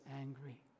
angry